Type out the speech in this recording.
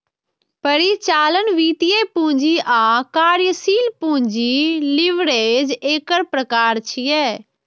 परिचालन, वित्तीय, पूंजी आ कार्यशील पूंजी लीवरेज एकर प्रकार छियै